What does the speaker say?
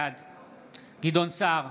בעד גדעון סער,